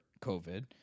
covid